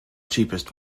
cheapest